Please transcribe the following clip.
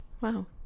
Wow